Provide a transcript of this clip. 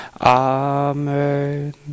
Amen